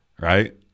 Right